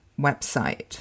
website